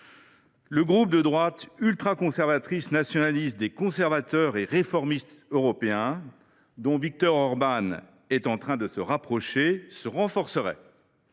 Le groupe de droite ultraconservatrice nationaliste des Conservateurs et réformistes européens, dont Victor Orbán est en train de se rapprocher, se renforcerait.